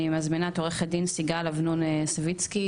אני מזמינה את עורכת דין סיגל אבנון סוויצקי,